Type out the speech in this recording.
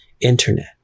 internet